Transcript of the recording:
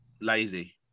lazy